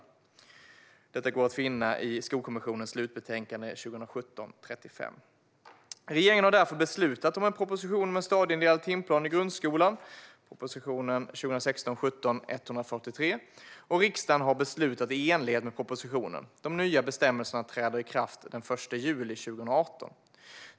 Om detta kan man läsa i Skolkommissionens slutbetänkande, SOU 2017:35. Regeringen har därför beslutat om en proposition om en stadieindelad timplan i grundskolan, prop. 2016/17:143, och riksdagen har beslutat i enlighet med propositionen. De nya bestämmelserna träder i kraft den 1 juli 2018.